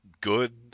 good